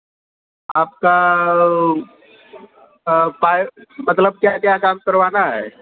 आपका हाँ पाइप मतलब क्या क्या काम करवाना है